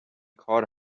کار